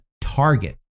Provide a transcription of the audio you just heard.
target